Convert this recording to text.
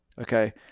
okay